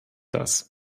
das